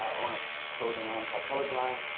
um own a clothing line called color blind,